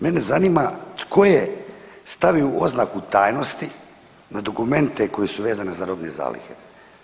Mene zanima tko je stavio oznaku tajnosti na dokumente koji su vezani za robne zalihe?